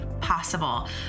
possible